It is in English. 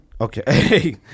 Okay